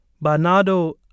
Bernardo